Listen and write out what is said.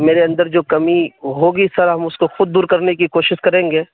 میرے اندر جو کمی ہوگی سر ہم اس کو خود دور کرنے کی کوشش کریں گے